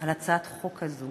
על הצעת החוק הזאת,